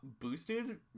boosted